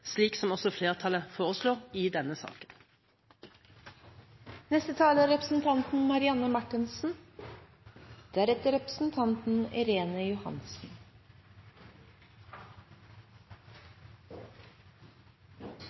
slik som også flertallet foreslår i denne saken. I utgangspunktet er